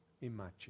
imagine